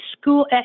school